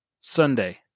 Sunday